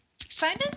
Simon